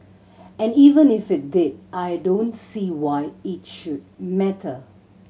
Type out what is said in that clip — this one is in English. and even if it did I don't see why it should matter